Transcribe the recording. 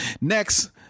Next